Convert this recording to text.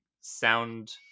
sound